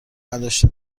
نداشته